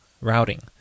routing